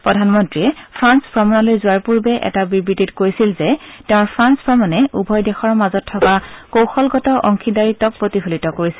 প্ৰধানমন্ত্ৰীয়ে ফ্ৰান্স ভ্ৰমণলৈ যোৱাৰ পূৰ্বে এটা বিবৃতিত কৈছিল যে তেওঁৰ ফ্ৰান্স ভ্ৰমণে উভয় দেশৰ মাজত থকা কৌশলগত অংশীদাৰিত্বক প্ৰতিফলিত কৰিছিল